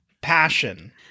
passion